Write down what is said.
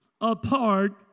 apart